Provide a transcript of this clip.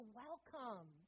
welcome